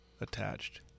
attached